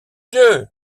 dieu